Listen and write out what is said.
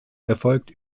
erfolgt